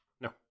No